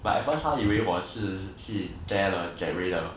but at first 他以为我是去 tear 了 jerry 的